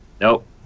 nope